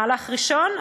מהלך ראשון,